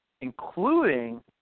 including